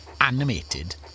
animated